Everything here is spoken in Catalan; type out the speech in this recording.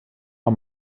amb